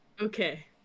Okay